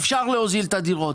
אפשר להוזיל את הדירות.